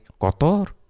kotor